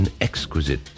exquisite